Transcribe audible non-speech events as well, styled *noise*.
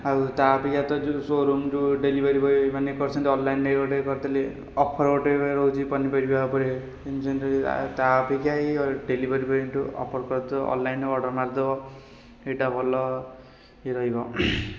ଆଉ ତା' ଅପେକ୍ଷା ତ ଯେଉଁ ଶୋ ରୁମ୍ରୁ ଡେଲିଭରି *unintelligible* କରୁଛନ୍ତି ଅନଲାଇନରେ କରିଦେଲେ ଅଫର୍ ଗୋଟେ ରହୁଛି ପନିପରିବା ଉପରେ *unintelligible* ତା' ଅପେକ୍ଷା ଏଇ ଡେଲିଭରି ଅଫର୍ କରୁଥିବ ଅନଲାଇନରେ ଅର୍ଡ଼ର ମାରିଦେବ ଏଇଟା ଭଲ ଇଏ ରହିବ